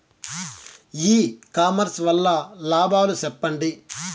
ఇ commerce వల్ల లాభాలు సెప్పండి?